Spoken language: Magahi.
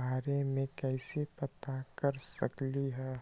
बारे में कैसे पता कर सकली ह?